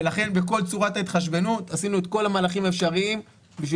ולכן בכל צורת ההתחשבנות עשינו את כל המהלכים האפשריים בשביל